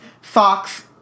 Fox